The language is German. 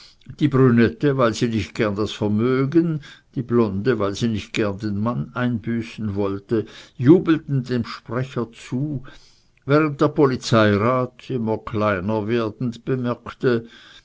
die brünette weil sie nicht gern das vermögen die blonde weil sie nicht gern den mann einbüßen wollte jubelten dem sprecher zu während der polizeirat immer kleiner werdend bemerkte